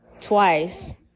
twice